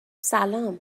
سلام